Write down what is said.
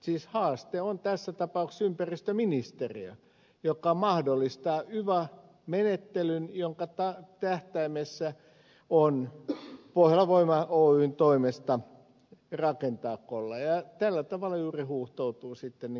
siis haaste on tässä tapauksessa ympäristöministeriö joka mahdollistaa yva menetelyn jonka tähtäimessä on pohjolan voima oyn toimesta rakentaa kollaja ja tällä tavalla juuri huuhtoutuu sitten niin kuin ed